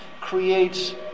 creates